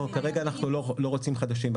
כרגע אנחנו לא רוצים חדשים.